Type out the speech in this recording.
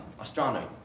astronomy